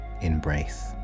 embrace